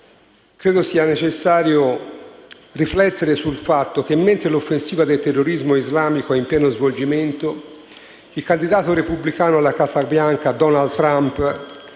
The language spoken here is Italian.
credo sia necessario riflettere sul fatto che mentre l'offensiva del terrorismo islamico è in pieno svolgimento, il candidato repubblicano alla Casa Bianca Donald Trump